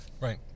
Right